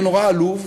ונורא עלוב,